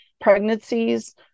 pregnancies